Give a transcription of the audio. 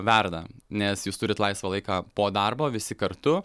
verda nes jūs turit laisvą laiką po darbo visi kartu